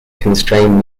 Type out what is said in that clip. constrain